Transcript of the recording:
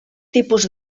tipus